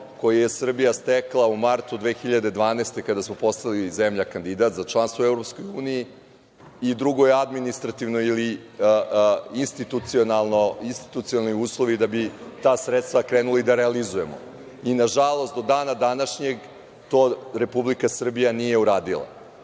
koji je Srbija stekla u martu 2012. godine, kada smo postali zemlja kandidat za članstvo u EU i drugoj administrativnoj ili institucionalni uslovi da bi ta sredstva krenuli da realizujemo. Nažalost, do dana današnjeg to Republika Srbija nije uradila. Čuli